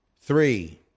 three